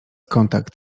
kontakt